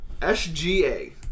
SGA